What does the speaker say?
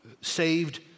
Saved